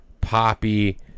poppy